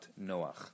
Noach